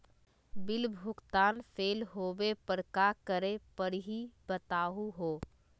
Bill भुगतान fail होवे पर का करै परही, बताहु हो?